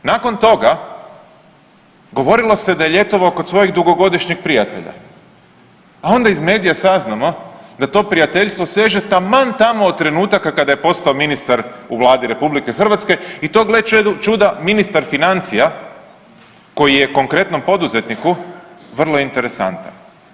Nakon toga govorilo se da je ljetovao kod svojeg dugogodišnjeg prijatelja, a onda iz medija saznamo da to prijateljstvo seže taman tamo od trenutaka kada je postao ministar u Vladi RH i to gle čuda ministar financija koji je konkretnom poduzetniku vrlo interesantan.